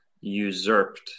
usurped